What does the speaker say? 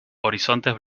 horizontes